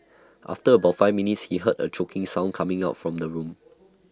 after about five minutes he heard A choking sound coming from the room